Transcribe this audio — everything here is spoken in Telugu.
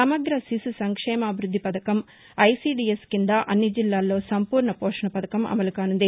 సమగ్ర శిశు సంక్షేమాభివృద్ది పథకం ఐసిడిఎస్ కింద అన్ని జిల్లాల్లో సంపూర్ణ పోషణ పథకం అమలు కానున్నది